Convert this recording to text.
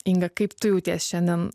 inga kaip tu jauties šiandien